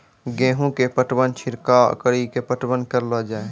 गेहूँ के पटवन छिड़काव कड़ी के पटवन करलो जाय?